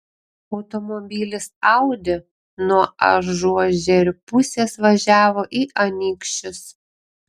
automobilis audi nuo ažuožerių pusės važiavo į anykščius